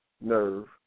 nerve